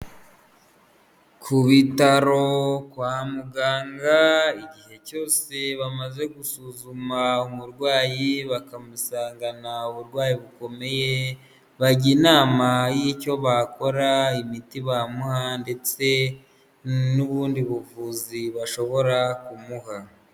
Ku bitaro kwa muganga, igihe cyose bamaze gusuzuma umurwayi bakamusangana uburwayi bukomeye, bajya inama y'icyo bakora, imiti bamuha, ndetse n'ubundi buvuzi bashobora kumuha.